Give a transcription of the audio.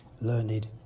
learned